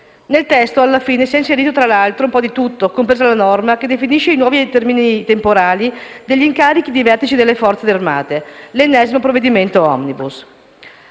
Nel testo, alla fine, si è inserito un po' di tutto, compresa la norma che definisce i nuovi termini temporali degli incarichi di vertice delle Forze armate: l'ennesimo provvedimento *omnibus*.